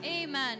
Amen